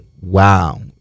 wow